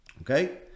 Okay